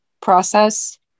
process